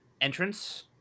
entrance